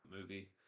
movie